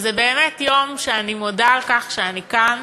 וזה באמת יום שאני מודה על כך שאני כאן.